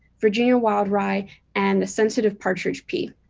virginia wild rye and the sensitive partridge pea.